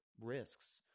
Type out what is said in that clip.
risks